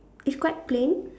it's quite plain